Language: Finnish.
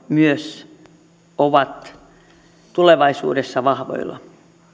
myös lukutaito ovat tulevaisuudessa vahvoilla